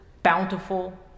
bountiful